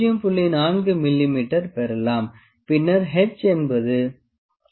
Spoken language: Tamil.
4 மிமீ பெறலாம் பின்னர் h என்பது 0